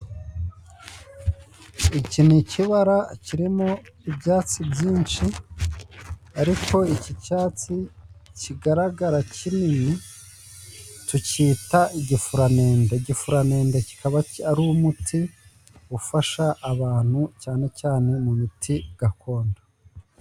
Iki ni ikibara kirimo ibyatsi byinshi ariko iki cyatsi kigaragara kinini tucyita igifuranende. Igifuranende kikaba ari umuti ufasha abantu cyane cyane mu miti gakondo.